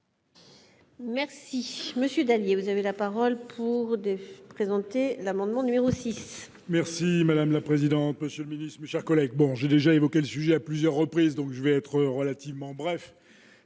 Merci monsieur Dallier, vous avez la parole pour présenter l'amendement numéro 6. Merci madame la président monsieur le Ministre, mes chers collègues, bon, j'ai déjà évoqué le sujet, à plusieurs reprises, donc je vais être relativement bref,